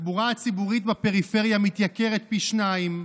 התחבורה הציבורית בפריפריה מתייקרת פי שניים,